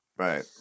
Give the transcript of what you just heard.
Right